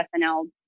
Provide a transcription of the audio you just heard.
SNL